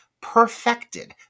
perfected